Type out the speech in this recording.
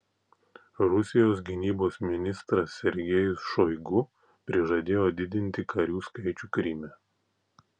rusijos gynybos ministras sergejus šoigu prižadėjo didinti karių skaičių kryme